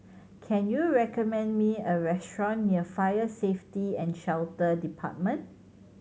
can you recommend me a restaurant near Fire Safety And Shelter Department